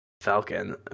Falcon